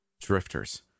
Drifters